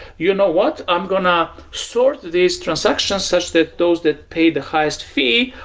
you know what? i'm going to sort these transactions such that those that pay the highest fee,